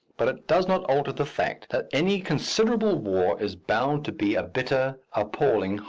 but it does not alter the fact that any considerable war is bound to be a bitter, appalling,